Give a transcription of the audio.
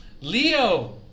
Leo